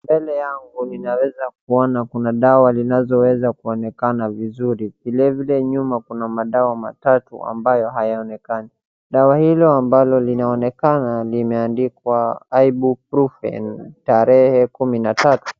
Mbele yangu ninaweza kuona kuna dawa ilinaloweza kuonekana vizuri. Vile vile nyuma kuna madawa matatu ambayo hayaonekani. Dawa hilo ambalo linaonekana limeandikwa ibuprofen tarehe kumi na tatu.